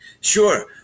Sure